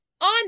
On